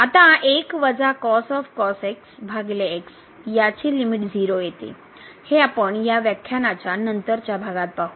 आता याचे लिमिट 0 येते हे आपण या व्याख्यानाच्या नंतरच्या भागात पाहू